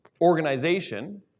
organization